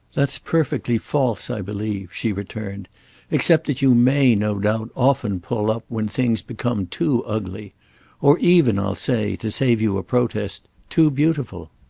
that's perfectly false, i believe, she returned except that you may, no doubt, often pull up when things become too ugly or even, i'll say, to save you a protest, too beautiful.